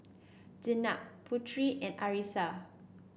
Jenab Putri and Arissa